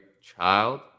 child